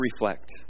reflect